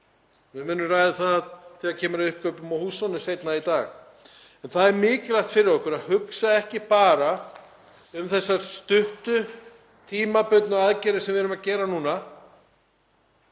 Við munum ræða það þegar kemur að uppkaupum á húsunum seinna í dag. Það er mikilvægt fyrir okkur að hugsa ekki bara um þessar stuttu tímabundnu aðgerðir sem við erum að gera núna